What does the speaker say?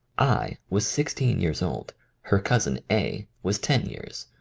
i. was sixteen years old her cousin a. was ten years.